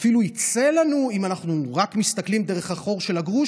אם אנחנו מסתכלים רק דרך החור של הגרוש,